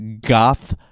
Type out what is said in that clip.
goth